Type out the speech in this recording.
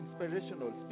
inspirational